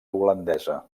holandesa